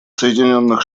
соединенных